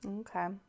Okay